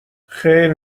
خیر